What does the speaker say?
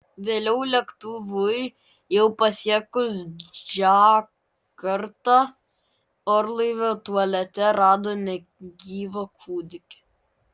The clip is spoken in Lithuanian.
vėliau lėktuvui jau pasiekus džakartą orlaivio tualete rado negyvą kūdikį